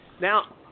Now